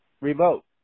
remote